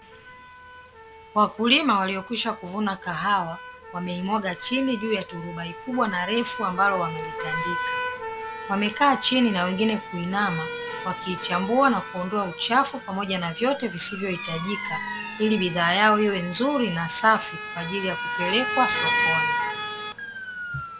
Wakulima waliokwisha kuvuna kahawa, wameimwaga chini juu ya turubai kubwa na refu ambalo wamelitandika, wamekaa chini na wengine kuinama wakiichambua na kuondoa uchafu na vingine vyote visivyohitajika, ili bidhaa yao iwe nzuri na safi kwa ajili ya kupelekwa sokoni.